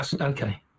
Okay